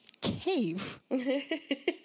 cave